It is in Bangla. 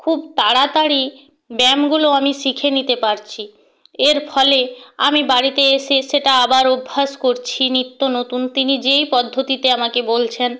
খুব তাড়াতাড়ি ব্যায়ামগুলো আমি শিখে নিতে পারছি এর ফলে আমি বাড়িতে এসে সেটা আবার অভ্যাস করছি নিত্য নতুন তিনি যেই পদ্ধতিতে আমাকে বলছেন